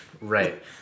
Right